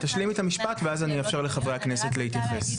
תשלימי את המשפט ואז אני אאפשר לחברי הכנסת להתייחס.